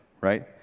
right